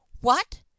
What